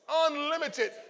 unlimited